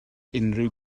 unrhyw